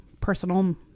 personal